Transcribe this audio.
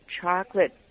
chocolate